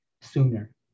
sooner